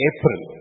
April